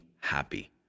happy